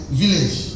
village